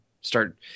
start